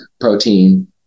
protein